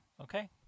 okay